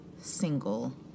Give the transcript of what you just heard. single